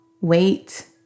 Wait